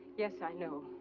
yes, i know.